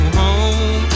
home